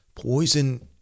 poison